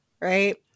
right